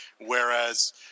Whereas